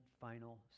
final